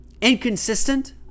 inconsistent